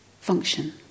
function